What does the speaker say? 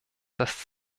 das